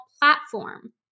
platform